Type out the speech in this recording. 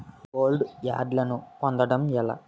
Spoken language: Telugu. గోల్డ్ బ్యాండ్లను పొందటం ఎలా?